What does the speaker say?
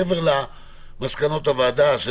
מעבר למסקנות הוועדה,